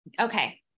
Okay